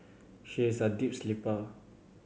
she is a deep sleeper